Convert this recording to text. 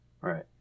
Right